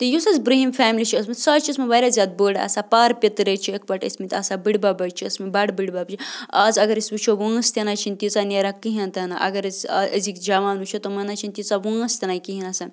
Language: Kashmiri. تہٕ یُس حظ برُنٛہِم فیملی چھِ ٲسمٕژ سۄ حظ ٲسمٕژ واریاہ زیاد بٔڑ آسان پارٕ پیٚتٕر حظ چھِ یِکوٹہٕ ٲسۍمٕتۍ آسان بٕڈبَب حظ چھِ ٲسۍمٕتۍ بَڈٕ بٕڈبَب چھِ آز اگر أسۍ وٕچھو وٲنٛس تہِ نَہ حظ چھَنہٕ تیٖژاہ نیران کِہیٖنۍ تہِ نہٕ اگر أسۍ أزِکۍ جوان وٕچھو تِمَن نہٕ حظ چھَنہٕ تیٖژاہ وٲنٛس تہِ نَہ کِہیٖنۍ آسان